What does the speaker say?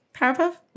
Powerpuff